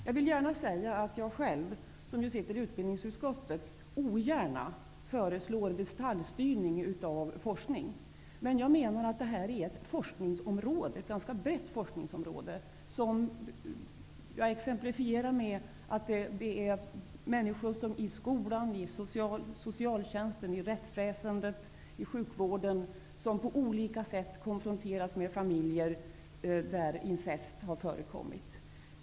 Jag vill gärna säga att jag själv, som sitter i utbildningsutskottet, ogärna föreslår detaljstyrning av forskning. Men jag menar att detta är ett ganska brett forskningsområde. Jag exemplifierar med att människor i skolan, i socialtjänsten, i rättsväsendet och i sjukvården på olika sätt konfronteras med familjer där incest har förekommit.